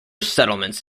settlements